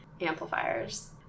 amplifiers